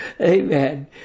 Amen